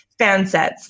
Fansets